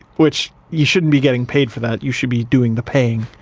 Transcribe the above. which, you shouldn't be getting paid for that, you should be doing the paying.